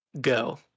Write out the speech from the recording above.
go